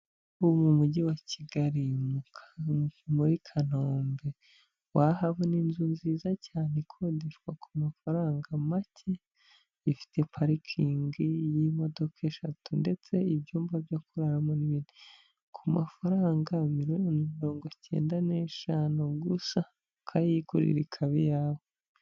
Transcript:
Ubu mu mujyi wa Kigali muri Kanombe wahabona inzu nziza cyane ikodeshwa ku mafaranga make ifite parikingi y'imodoka eshatu ndetse ibyumba byo kuraramo n'ibindi ku mafaranga miliyoni mirongo icyenda n'eshanu gusa ukayigurira ikaba iyawe.